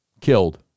killed